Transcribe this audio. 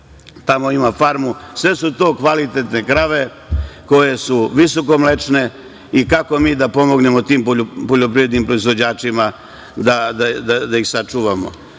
tamo ima farmu, sve su to kvalitetne krave koje su visokomlečne, kako mi da pomognemo tim poljoprivrednim proizvođačima da ih sačuvamo. Dobro